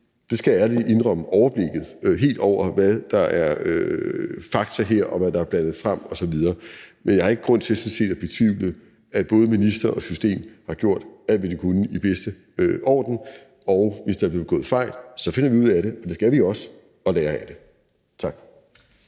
det skal jeg ærligt indrømme, lidt mistet overblikket over, hvad der er fakta her, og hvad der er blandet sammen osv. Men jeg har sådan set ikke grund til at betvivle, at både ministeren og systemet har gjort alt, hvad de kunne i bedste orden, og hvis der er blevet begået fejl, finder vi ud af det, og det skal vi også, og lærer af det. Tak.